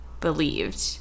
believed